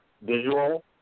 visual